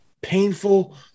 painful